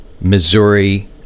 Missouri